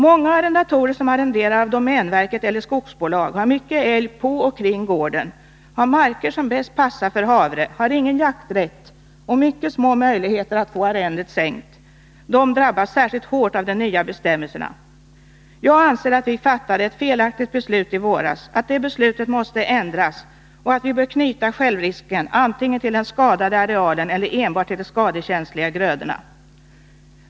Många arrendatorer som arrenderar av domänverket eller skogsbolag har mycket älg på och kring gården, har marker som bäst passar för havre, har ingen jakträtt och mycket små möjligheter att få arrendet sänkt. De drabbas särskilt hårt av de nya bestämmelserna. Jag anser att riksdagen fattade ett felaktigt beslut i våras, att det beslutet måste ändras och att vi bör knyta självrisken antingen till den skadade arealen eller enbart till de skadekänsliga grödorna.